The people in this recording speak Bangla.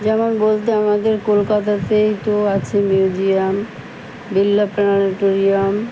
যেমন বলতে আমাদের কলকাতাতেই তো আছে মিউজিয়াম বিড়লা প্ল্যানেটেরিয়াম